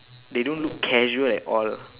they don't look casual at all